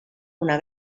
una